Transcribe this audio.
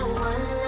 one